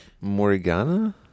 Morgana